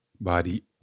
Body